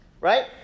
right